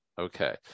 Okay